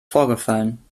vorgefallen